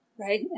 Right